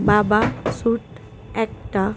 বাবা সুট একটা